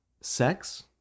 sex